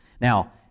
Now